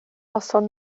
noson